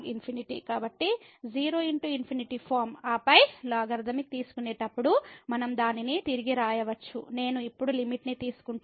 కాబట్టి 0 x ∞ form ఆపై logarithmic తీసుకునేటప్పుడు మనం దానిని తిరిగి వ్రాయవచ్చు నేను ఇప్పుడు లిమిట్ ని తీసుకుంటాను